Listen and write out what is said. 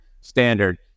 Standard